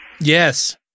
Yes